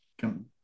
come